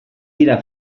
dira